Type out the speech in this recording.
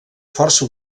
força